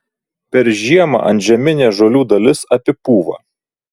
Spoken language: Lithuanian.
per žiemą antžeminė žolių dalis apipūva